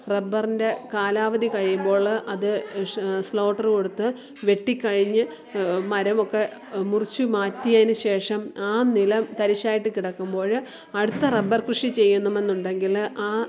റബ്ബറിൻ്റെ കാലാവധി കഴിയുമ്പോൾ അത് ഷ് സ്ലോട്ടർ കൊടുത്ത് വെട്ടിക്കഴിഞ്ഞ് മരമൊക്കെ മുറിച്ചു മാറ്റിയതിന് ശേഷം ആ നിലം തരിശായിട്ട് കിടക്കുമ്പോൾ അടുത്ത റബ്ബർ കൃഷി ചെയ്യണമെന്നുണ്ടെങ്കിൽ ആ